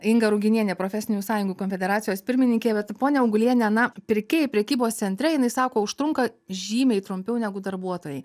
inga ruginienė profesinių sąjungų konfederacijos pirmininkė bet ponia auguliene na pirkėjai prekybos centre jinai sako užtrunka žymiai trumpiau negu darbuotojai